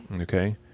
Okay